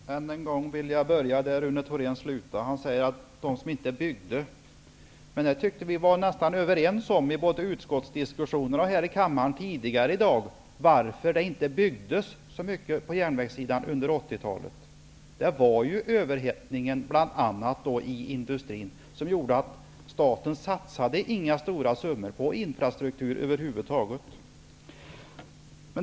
Fru talman! Än en gång vill jag börja där Rune Thorén slutade. Han säger att den föregående majoriteten inte byggde. Men jag tyckte att, både i utskottsdiskussionerna och tidigare här i kammaren i dag, var nästan överens varför det inte byggdes så mycket på järnvägssidan under 1980-talet. Det var ju bl.a. överhettningen i industrin som gjorde att staten inte satsade några stora summor på infrastruktur över huvud taget.